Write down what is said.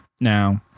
Now